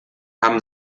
haben